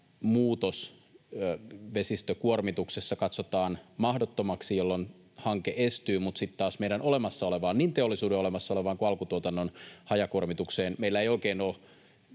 muutos vesistökuormituksessa katsotaan mahdottomaksi, jolloin hanke estyy. Mutta sitten taas niin teollisuuden olemassa olevaan kuormitukseen kuin alkutuotannon hajakuormitukseen meillä ei oikein ole